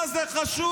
מה זה חשוב?